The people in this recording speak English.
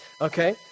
Okay